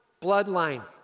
bloodline